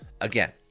Again